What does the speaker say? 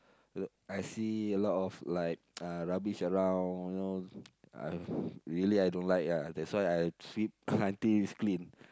uh I see a lot of like uh rubbish around you know I really I don't like ya that's why I sweep until it's clean